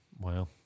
Wow